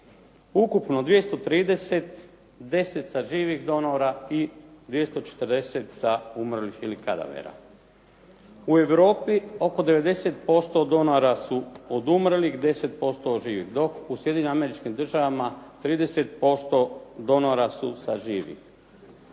ne razumije./… živih donora i 240 sa umrlih ili kadavera. U Europi oko 90% donora su od umrlih, 10% od živih, dok u Sjedinjenim Američkim Državama 30% donora su sa živih.